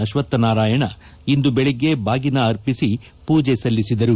ಅಶ್ವಕ್ಷನಾರಾಯಣ ಇಂದು ಬೆಳಗ್ಗೆ ಬಾಗಿನ ಅರ್ಪಿಸಿ ಮೂಜೆ ಸಲ್ಲಿಸಿದರು